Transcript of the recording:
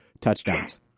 touchdowns